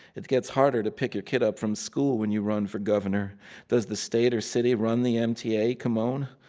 it gets harder to pick your kid up from school when you run for governor does the state or city run the mta, camonghne?